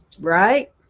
right